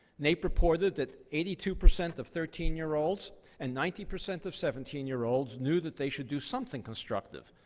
naep reported that eighty two percent of thirteen year olds and ninety percent of seventeen year olds knew that they should do something constructive,